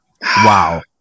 Wow